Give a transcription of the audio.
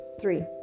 three